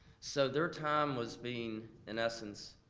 so their time was being in essence,